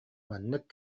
маннык